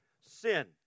sin